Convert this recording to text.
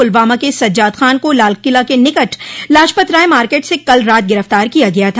पुलवामा के सज्जाद खान को लालकिला के निकट लाजपतराय मार्केट से कल रात गिरफ्तार किया गया था